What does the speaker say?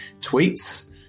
tweets